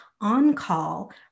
on-call